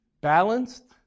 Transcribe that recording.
Balanced